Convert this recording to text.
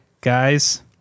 Guys